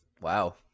Wow